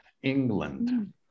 England